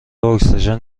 اکسیژن